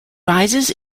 arises